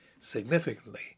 Significantly